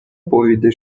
بریده